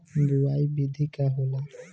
बुआई विधि का होला?